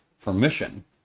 permission